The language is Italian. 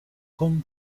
con